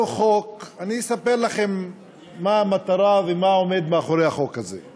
אני אספר לכם מה המטרה ומה עומד מאחורי החוק הזה.